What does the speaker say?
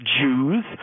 Jews